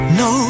no